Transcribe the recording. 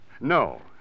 No